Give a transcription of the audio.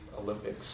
Olympics